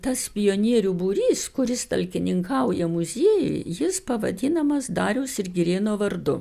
tas pionierių būrys kuris talkininkauja muziejui jis pavadinamas dariaus ir girėno vardu